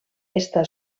està